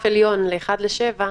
ידענו מכיוון שאין רף עליון ל-7:1.